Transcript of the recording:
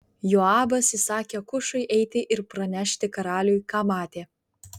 joabas įsakė kušui eiti ir pranešti karaliui ką matė